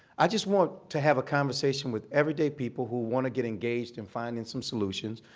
i just want to have a conversation with everyday people who want to get engaged in finding some solutions.